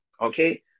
Okay